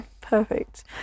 perfect